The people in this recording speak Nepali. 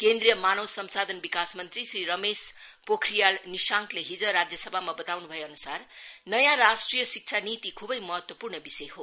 केन्द्रीट मानल संसाधन विकास मंत्री श्री रमेश पोख्रियाल निशांकले हिज राज्यसभामा बताउन् भएअन्सार नयाँ राष्ट्रिय शिक्षा नीति ख्वै महत्वपूर्ण विषय हो